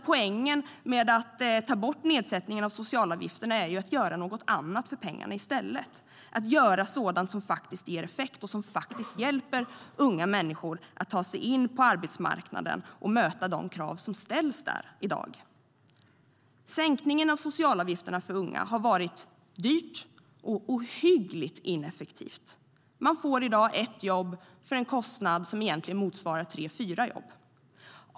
Poängen med att ta bort nedsättningen av de sociala avgifterna är att göra något annat för pengarna i stället, att göra sådant som ger effekt och faktiskt hjälper unga människor att ta sig in på arbetsmarknaden och möta de krav som ställs där i dag. Sänkningen av de sociala avgifterna för unga har varit dyr och ohyggligt ineffektiv. Man får i dag ett jobb för en kostnad som motsvarar tre fyra jobb.